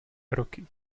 roky